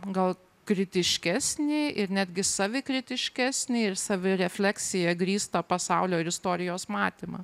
gal kritiškesnį ir netgi savikritiškesnį ir savirefleksija grįstą pasaulio ir istorijos matymą